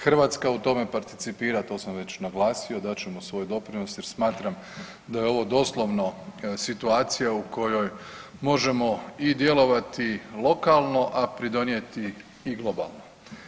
Hrvatska u tome participira, to sam već naglasio, dat ćemo svoj doprinos jer smatram da je ovo doslovno situacija u kojoj možemo i djelovati lokalno, a pridonijeti i globalno.